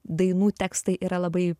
dainų tekstai yra labai